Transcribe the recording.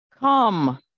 Come